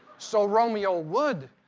so romeo would,